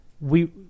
we-